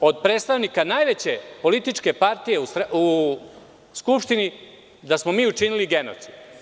od predstavnika najveće političke partije u Skupštini, da smo mi učinili genocid.